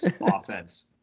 offense